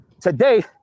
today